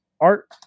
art